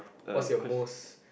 what's your most